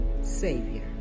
Savior